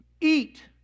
eat